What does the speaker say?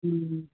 ꯎꯝ